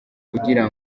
kugira